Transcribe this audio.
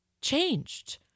changed